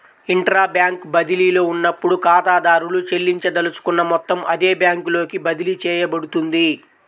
intra bank బదిలీలో ఉన్నప్పుడు, ఖాతాదారుడు చెల్లించదలుచుకున్న మొత్తం అదే బ్యాంకులోకి బదిలీ చేయబడుతుంది